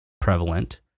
prevalent